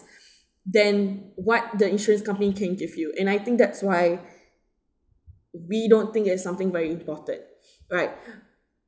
than what the insurance company can give you and I think that's why we don't think as something very important right